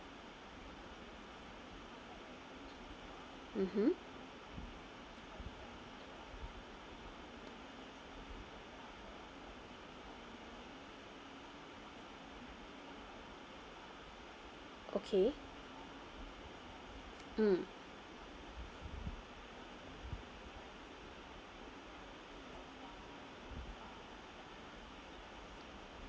mmhmm okay mm